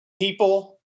people